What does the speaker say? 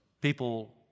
People